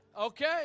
okay